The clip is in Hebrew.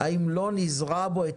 האם לא נזרע בו את